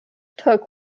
took